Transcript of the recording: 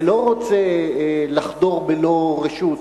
ולא רוצה לחדור בלא רשות,